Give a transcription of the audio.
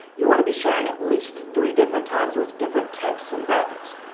you want to be sharing at least three different times with different text and graphics.